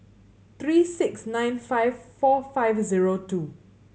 three six nine five four five zero two